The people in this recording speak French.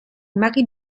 mary